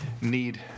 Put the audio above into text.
need